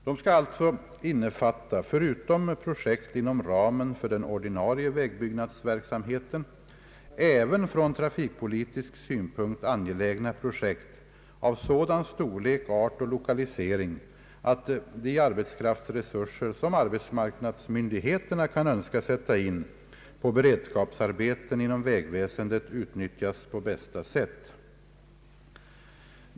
De skall alltså innefatta — förutom projekt inom ramen för den ordinarie vägbyggnadsverksamheten — även från trafikpolitisk synpunkt angelägna projekt av sådan storlek, art och lokalisering, att de arbetskraftsresurser som arbetsmarknadsmyndigheterna kan önska sätta in på beredskapsarbeten inom vägväsendet utnyttjas på bästa sätt.